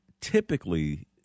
typically